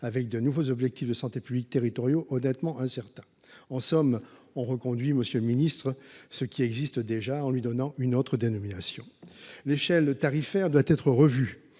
avec de nouveaux objectifs de santé publique territoriaux qui, honnêtement, sont incertains. En somme, monsieur le ministre, on reconduit ce qui existe déjà, en lui donnant une autre dénomination. L’échelle tarifaire doit être revue.